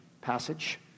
passage